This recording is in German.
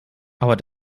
aber